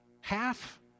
Half